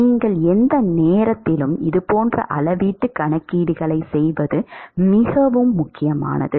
நீங்கள் எந்த நேரத்திலும் இதுபோன்ற அளவீட்டு கணக்கீடுகளைச் செய்வது மிகவும் முக்கியமானது